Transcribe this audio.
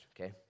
okay